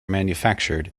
manufactured